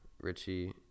Richie